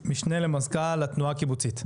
משנה למזכ"ל התנועה הקיבוצית,